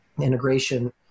integration